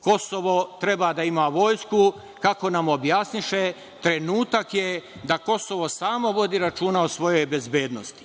Kosovo treba da ima vojsku, kako nam objasniše, trenutak je da Kosovo samo vodi računa o svojoj bezbednosti.